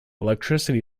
electricity